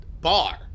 bar